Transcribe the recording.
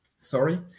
Sorry